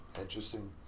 interesting